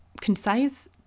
concise